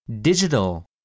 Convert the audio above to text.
Digital